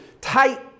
tight